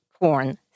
corn